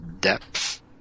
depth